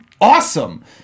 awesome